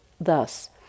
thus